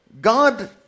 God